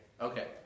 Okay